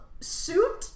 suit